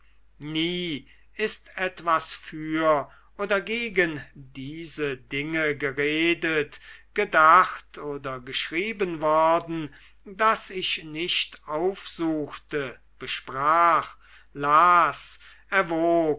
nie ist etwas für oder gegen diese dinge geredet gedacht oder geschrieben worden das ich nicht aufsuchte besprach las